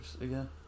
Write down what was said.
again